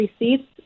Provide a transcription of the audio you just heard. receipts